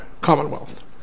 Commonwealth